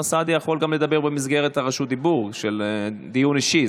גם אוסאמה סעדי יכול לדבר במסגרת רשות הדיבור של דיון אישי,